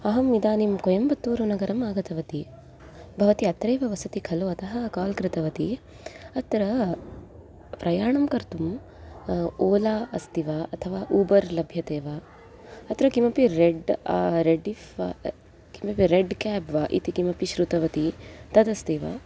अहम् इदानीं कोयम्बुत्तूर्नगरम् आगतवती भवती अत्रैव वसति खलु अतः काल् कृतवती अत्र प्रयाणं कर्तुम् ओला अस्ति वा अथवा ऊबर् लभ्यते वा अत्र किमपि रेड् रेडिफ़् किमपि रेड् काब् वा इति किमपि शृतवती तद् अस्ति वा